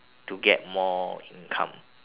to get more income